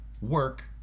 work